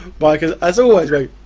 mike, as as always mate,